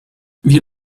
wir